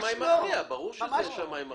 ברור שזה שמאי מכריע.